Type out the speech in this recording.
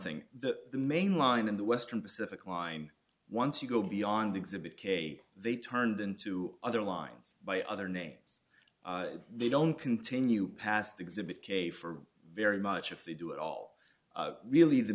thing that the main line in the western pacific line once you go beyond exhibit k they turned into other lines by other names they don't continue past exhibit k for very much if they do it all really the